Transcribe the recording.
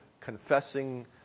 confessing